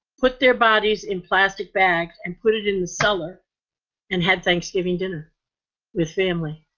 put their bodies in plastic bags and put it in the cellar and had thanksgiving dinner with family